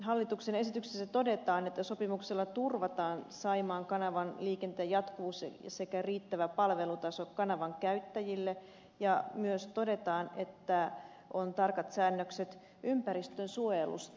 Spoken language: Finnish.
hallituksen esityksessä todetaan että sopimuksella turvataan saimaan kanavan liikenteen jatkuvuus sekä riittävä palvelutaso kanavan käyttäjille ja myös todetaan että on tarkat säännökset ympäristön suojelusta